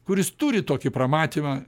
kuris turi tokį pramatymą